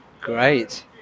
Great